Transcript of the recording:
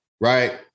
Right